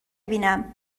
بیینم